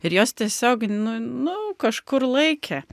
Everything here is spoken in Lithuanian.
ir jos tiesiog nu nu kažkur laikė